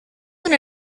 una